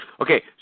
Okay